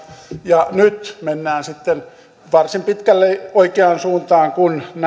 ja nyt mennään sitten varsin pitkälle oikeaan suuntaan kun